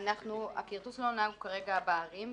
הכרטוס שלנו נע כרגע בערים,